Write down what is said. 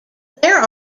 there